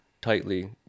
tightly